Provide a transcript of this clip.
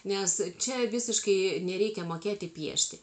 nes čia visiškai nereikia mokėti piešti